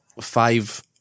five